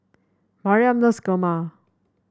Mariam loves kurma